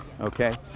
okay